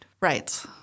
Right